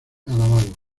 alabado